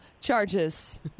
charges